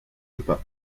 pas